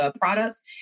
products